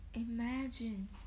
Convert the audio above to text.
Imagine